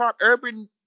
urban